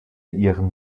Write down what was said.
ihren